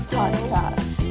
podcast